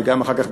וגם אחר כך,